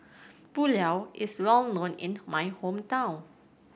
pulao is well known in my hometown